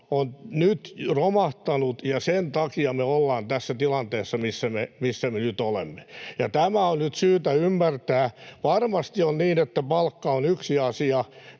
on nyt romahtanut, ja sen takia me olemme tässä tilanteessa, missä me nyt olemme. Tämä on nyt syytä ymmärtää. Varmasti on niin, että palkka on yksi asia.